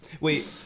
Wait